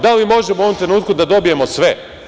Da li možemo u ovom trenutku da dobijemo sve?